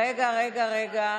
רגע, רגע, רגע.